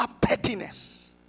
pettiness